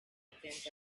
repent